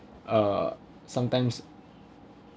uh sometimes